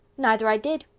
neither i did,